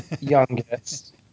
youngest